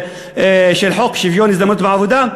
של חוק שוויון ההזדמנויות בעבודה,